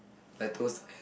like tours